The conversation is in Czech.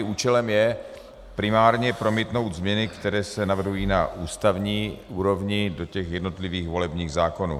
Účelem je primárně promítnout změny, které se navrhují na ústavní úrovni do těch jednotlivých volebních zákonů.